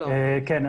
ברשותכם,